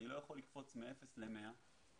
אני לא יכול לקפוץ מאפס ל-100,